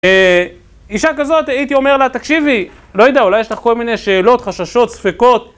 אישה כזאת הייתי אומר לה תקשיבי, לא יודע, אולי יש לך כל מיני שאלות, חששות, ספקות